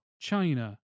china